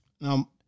Now